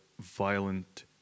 violent